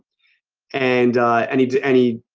and any-to-any